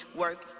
work